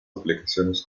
aplicaciones